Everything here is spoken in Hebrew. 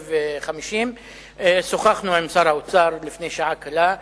50. שוחחנו עם שר האוצר לפני שעה קלה,